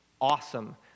awesome